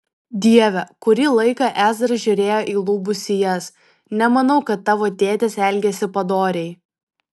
dieve kurį laiką ezra žiūrėjo į lubų sijas nemanau kad tavo tėtis elgėsi padoriai